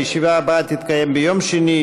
הישיבה הבאה תתקיים ביום שני,